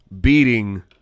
beating